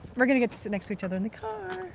we're gonna get to sit next to each other in the car.